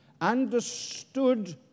understood